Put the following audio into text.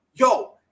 Yo